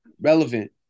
relevant